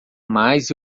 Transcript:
mais